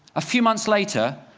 a few months later,